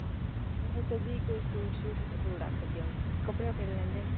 हां में सोचा दी कोई सूट शूट सूट आक्खा दी अ'ऊं कपड़े शपडे़ लेई लैंदे